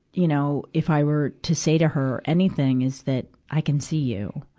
you know, if i were to say to her, anything, is that i can see you.